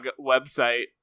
website